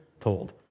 told